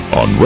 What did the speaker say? on